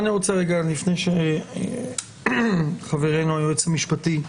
לפני שחברנו, היועץ המשפטי,